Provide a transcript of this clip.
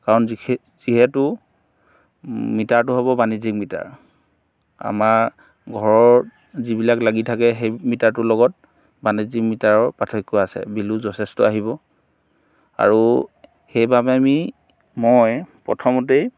কাৰণ যিহেতু মিটাৰটো হ'ব বাণিজ্যিক মিটাৰ আমাৰ ঘৰত যিবিলাক লাগি থাকে সেই মিটাৰটোৰ লগত বাণিজ্যিক মিটাৰৰ পাৰ্থক্য আছে বিলো যথেষ্ট আহিব আৰু সেইবাবে আমি মই প্ৰথমতেই